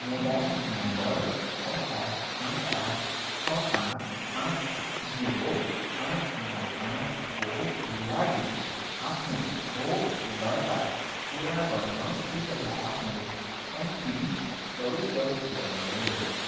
mobile number छ सात पाँच आठ छ पाँच पाँच जिरो पाँच नौ पाँचको लागि आफ्नो खोप दर्ता पूरा गर्न कृपया आफ्नो एम पिन प्रविष्ट गर्नुहोस्